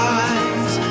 eyes